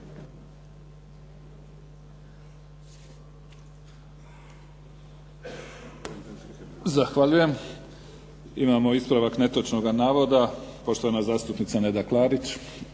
Zahvaljujem. Imamo ispravak netočnog navoda, poštovana zastupnica Neda Klarić.